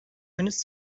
eines